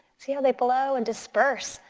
see how they blow and disperse.